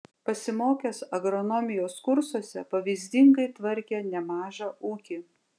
pasimokęs agronomijos kursuose pavyzdingai tvarkė nemažą ūkį